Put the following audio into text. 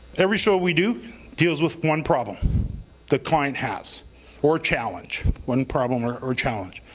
every show we do deals with one problem the client has or challenge, one problem or or challenge.